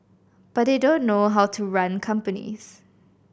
but they don't know how to run companies